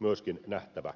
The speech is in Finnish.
myöskin nähtävä